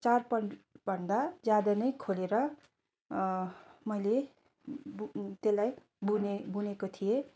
चारपल्ट भन्दा ज्यादा नै खोलेर मैले त्यसलाई बनेँ बुनेको थिएँ